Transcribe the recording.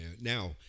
Now